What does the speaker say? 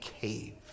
cave